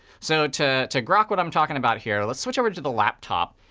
so to to grok what i'm talking about here, let's switch over to the laptop.